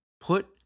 Put